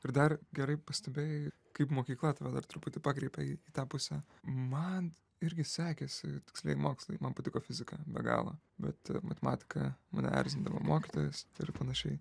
ir dar gerai pastebėjai kaip mokykla tave dar truputį pakreipė į tą pusę man irgi sekėsi tikslieji mokslai man patiko fizika be galo bet matematika mane erzindavo mokytojas ir panašiai